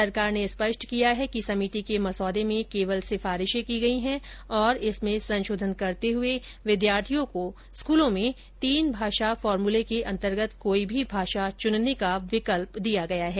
सरकार ने स्पष्ट किया है कि समिति के मसौदे में केवल सिफारिशें की गई हैं और इसमें संशोधन करते हुए विद्यार्थियों को स्कूलों में तीन भाषा फॉर्मूला के अंतर्गत कोई भी भाषा चुनने का विकल्प दिया गया है